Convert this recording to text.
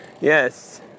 Yes